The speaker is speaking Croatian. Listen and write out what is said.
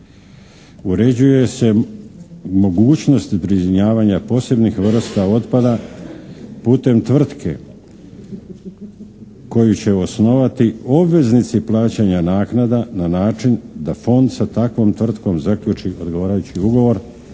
Uređuje se mogućnost … /Govornik se ne razumije./ posebnih vrsta otpada putem tvrtke koju će osnovati obveznici plaćanja naknada na način da Fond sa takvom tvrtkom zaključi odgovarajući ugovor.